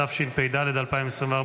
התשפ"ד 2024,